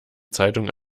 zeitung